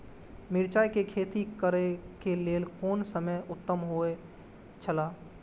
मिरचाई के खेती करे के लेल कोन समय उत्तम हुए छला?